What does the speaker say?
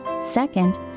Second